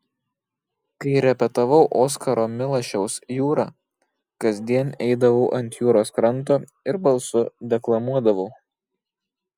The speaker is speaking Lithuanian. kai repetavau oskaro milašiaus jūrą kasdien eidavau ant jūros kranto ir balsu deklamuodavau